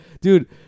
Dude